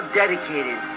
dedicated